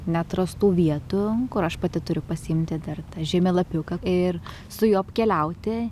neatrastų vietų kur aš pati turiu pasiimti dar tą žemėlapiuką ir su juo apkeliauti